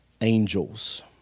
angels